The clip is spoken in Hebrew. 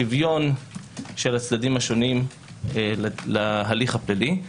שוויון של הצדדים השונים להליך הפלילי.